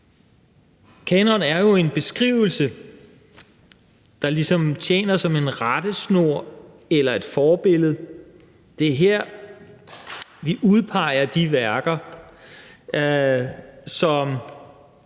kanon er jo en beskrivelse, der ligesom tjener som en rettesnor eller et forbillede. Det er her, vi udpeger de værker, som